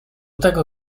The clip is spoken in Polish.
tego